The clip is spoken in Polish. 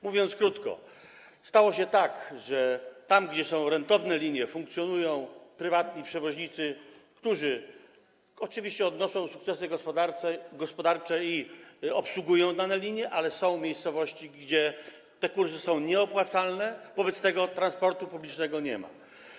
Mówiąc krótko: stało się tak, że tam, gdzie są rentowne linie, funkcjonują prywatni przewoźnicy, którzy oczywiście odnoszą sukcesy gospodarcze i obsługują dane linie, ale są miejscowości, gdzie te kursy są nieopłacalne, wobec czego transportu publicznego nie ma.